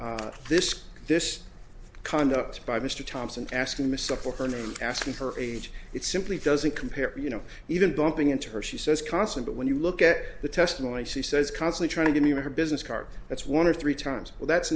of this this conduct by mr thompson asking mr parker and asking her age it simply doesn't compare you know even bumping into her she says constant but when you look at the testimony she says constantly trying to make her business card that's one or three times well that's